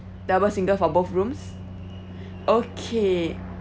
double single for both rooms okay